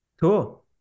Cool